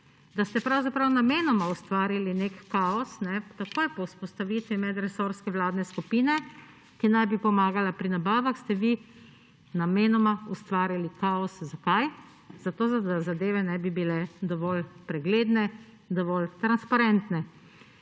da ste pravzaprav namenoma ustvarili nek kaos. Takoj po vzpostavitvi medresorske vladne skupine, ki naj bi pomagala pri nabavah, ste vi namenoma ustvarjali kaos. Zakaj? Zato da zadeve ne bi bile dovolj pregledne, dovolj transparentne.